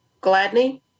Gladney